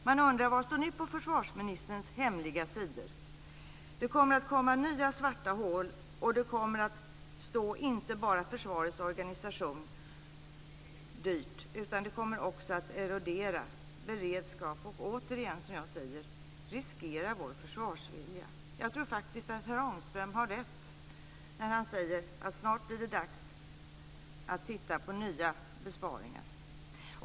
Man undrar vad som nu står på försvarsministerns hemliga sidor. Det kommer att komma nya svarta hål, och det kommer inte bara att stå försvarets nya organisation dyrt, utan det kommer också att erodera beredskapen och återigen, som jag säger, riskera vår försvarsvilja. Jag tror faktiskt att herr Ångström har rätt när han säger att det snart blir dags att titta på nya besparingar.